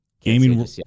gaming